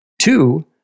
Two